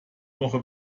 woche